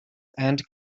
and